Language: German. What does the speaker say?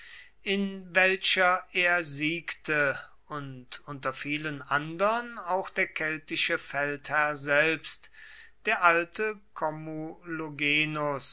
in welcher er siegte und unter vielen andern auch der keltische feldherr selbst der alte